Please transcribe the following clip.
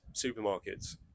supermarkets